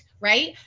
right